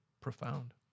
profound